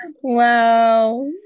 Wow